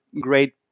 great